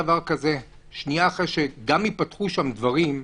שנייה אחרי שגם ייפתחו שם דברים,